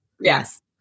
yes